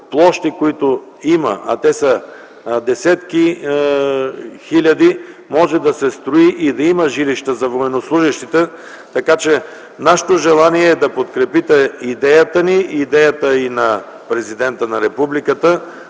площи, които ги има, а те са десетки хиляди, може да се строи и да има жилища за военнослужещите. Така че нашето желание е да подкрепите идеята ни и идеята на президента на Републиката